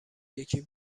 یکی